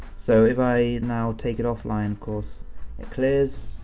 so, if i now take it offline of course it clears,